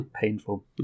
painful